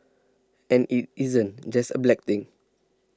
and it isn't just a black thing